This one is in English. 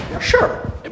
sure